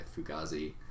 Fugazi